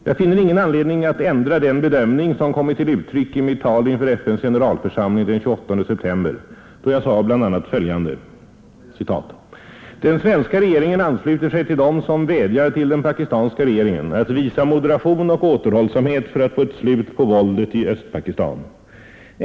Jag finner ingen anledning att ändra den bedömning som kommit till uttryck i mitt tal inför FN:s generalförsamling den 28 september, då jag sade bl.a. följande: ”Den svenska regeringen ansluter sig till dem som vädjar till den pakistanska regeringen att visa moderation och återhållsamhet för att få ett slut på våldet i Östpakistan.